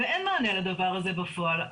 ואין מענה לדבר הזה בפועל.